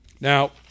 Now